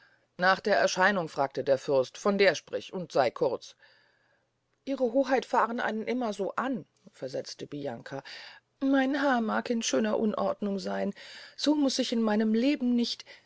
nach der erscheinung fragt der fürst von der sprich und sey kurz ihre hoheit fahren einen immer so an versetzte bianca mein haar mag in einer schönen unordnung seyn so muß ich in meinem leben nicht